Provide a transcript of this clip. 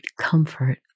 comfort